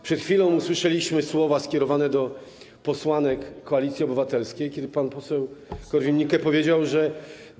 Przed chwilą usłyszeliśmy słowa skierowane do posłanek Koalicji Obywatelskiej, kiedy pan poseł Korwin-Mikke powiedział, że... Skarżypyta.